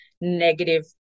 negative